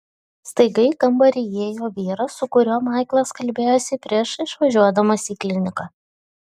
staiga į kambarį įėjo vyras su kuriuo maiklas kalbėjosi prieš išvažiuodamas į kliniką